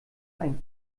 ein